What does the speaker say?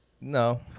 No